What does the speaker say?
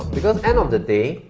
because end of the day,